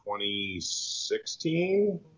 2016